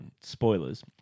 spoilers